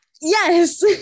yes